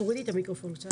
תודה.